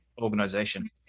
organization